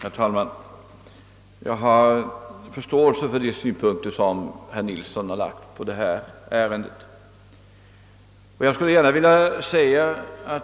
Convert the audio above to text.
Herr talman! Jag har förståelse för de synpunkter som herr Nilsson i Östersund har lagt på detta ärende.